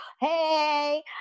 Hey